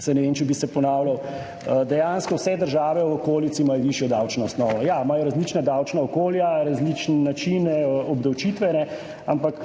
saj ne vem, če bi se ponavljal. Dejansko vse države v okolici imajo višjo davčno osnovo. Ja, imajo različna davčna okolja, različne načine obdavčitve, ampak